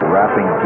Wrapping